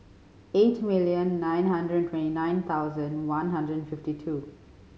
eight million nine hundred and twenty nine thousand one hundred and fifty two